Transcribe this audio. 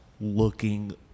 looking